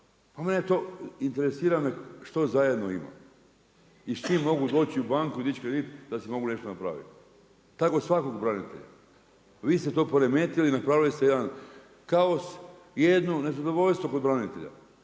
Pa mene to, interesira me što zajedno imam i s čime mogu doći u banku i dići kredit da si mogu nešto napraviti, tako svakog branitelja. A vi ste to poremetili, napravili ste jedan kaos i jedno nezadovoljstvo kod branitelja.